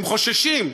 הם חוששים.